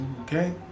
okay